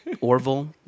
Orville